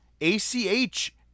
ACH